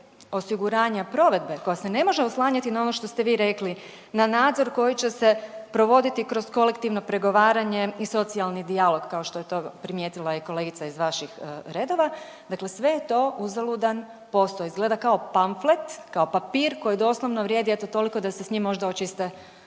osiguranja provedbe koja se ne može oslanjati na ono što ste vi rekli na nadzor koji će se provoditi kroz kolektivno pregovaranje i socijalni dijalog kao što je to primijetila kolegica iz vaših redova, dakle sve je to uzaludan posao. Izgleda kao pamflet, kao papir koji doslovno vrijedi eto toliko da se s njim možda očiste